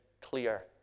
clear